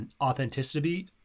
authenticity